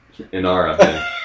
Inara